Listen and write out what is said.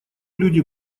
люди